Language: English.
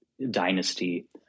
dynasty